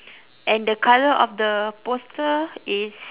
and the colour of the poster is